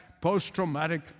post-traumatic